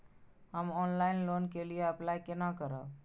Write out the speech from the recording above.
हम online loan के लिए अप्लाई केना करब?